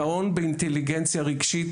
גאון באינטליגנציה רגשית,